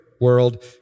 world